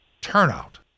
turnout